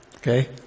Okay